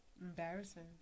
embarrassing